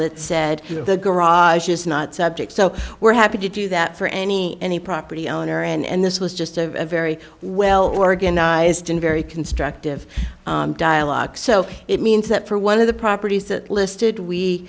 that said the garage is not subject so we're happy to do that for any any property owner and this was just a very well organized and very constructive dialogue so it means that for one of the properties that listed we